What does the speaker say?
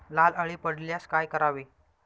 लाल अळी पडल्यास काय करावे?